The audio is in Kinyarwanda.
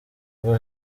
rwo